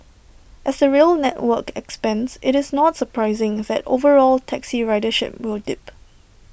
as the rail network expands IT is not surprising that overall taxi ridership will dip